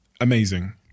Amazing